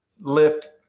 lift